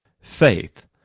faith